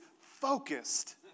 focused